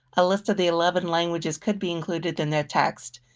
a list of the eleven languages could be included in their text,